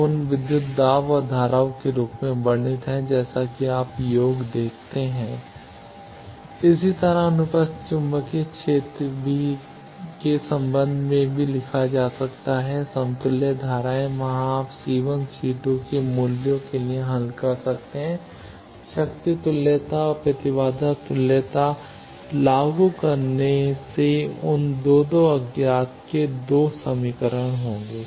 अब उन विद्युत दाब और धाराओं के रूप में वर्णित है जैसा कि आप योग देखते हैं का इसी तरह अनुप्रस्थ चुंबकीय क्षेत्र भी के संदर्भ में लिखा जा सकता है समतुल्य धाराएँ वहाँ आप C1 और C2 के मूल्यों के लिए हल कर सकते हैं शक्ति तुल्यता और प्रतिबाधा तुल्यता को लागू करने से उन 2 2 अज्ञात 2 समीकरण होंगे